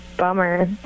bummer